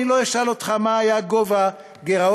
אני לא אשאל אותך מה היה גובה הגירעון